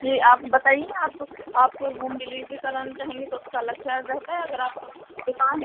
जी आप बताइए आप आप होम डिलीवरी कराना चाहेंगी तो उसका अलग चार्ज रहता है अगर आप दुकान